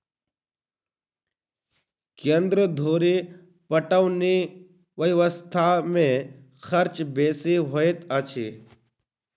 केन्द्र धुरि पटौनी व्यवस्था मे खर्च बेसी होइत अछि